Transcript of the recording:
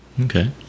Okay